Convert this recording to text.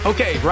Okay